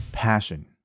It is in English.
passion